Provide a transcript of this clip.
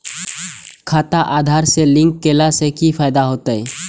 खाता आधार से लिंक केला से कि फायदा होयत?